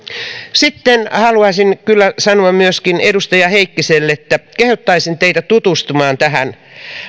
sitten haluaisin kyllä sanoa myöskin edustaja heikkiselle että kehottaisin teitä tutustumaan tähän